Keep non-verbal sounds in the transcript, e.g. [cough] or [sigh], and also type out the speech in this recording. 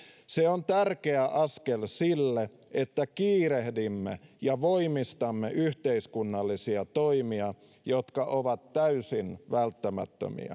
se on tärkeä askel sille että kiirehdimme ja voimistamme yhteiskunnallisia toimia jotka ovat täysin välttämättömiä [unintelligible]